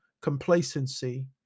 complacency